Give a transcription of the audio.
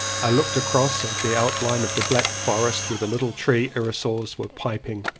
i looked across at the out line of the black forest where the little tree irrisors were piping.